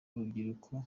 urubyiruko